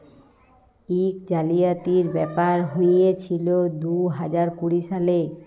ইক জালিয়াতির ব্যাপার হঁইয়েছিল দু হাজার কুড়ি সালে